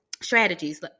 strategies